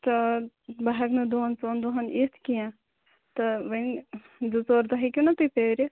تہٕ بہٕ ہیٚکہٕ نہٕ دۄن ژۄن دۄہن یِتھ کیٚنٛہہ تہٕ وۄنۍ زٕ ژور دۄہ ہیٚکِو نَہ تُہۍ پیارِتھ